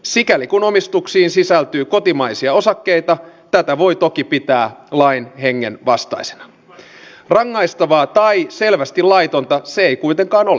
mutta kuitenkin suurin huolenaiheeni tässä puheena olevalla valtiontalouden kehyskaudella on se miten meidän vapaaehtoisten palokuntalaisten ja puolivakinaisten palokuntalaisten toiminta kehittyy